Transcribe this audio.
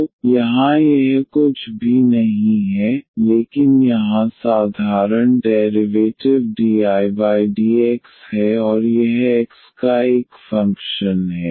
तो यहाँ यह कुछ भी नहीं है लेकिन यहां साधारण डेरिवेटिव dIdx है और यह x का एक फंक्शन है